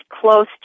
close